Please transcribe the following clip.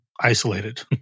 isolated